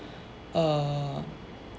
err